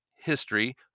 history